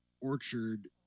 orchard